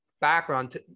background